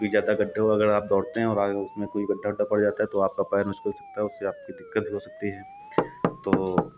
क्योंकि ज़्यादा गड्ढे हो अगर आप दौड़ते हैं और आगे उसमें कोई गड्ढा वड्ढा पड़ जाता है तो आपका पैर हो सकता है आपके दिक्कत भी हो सकती है तो